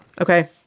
Okay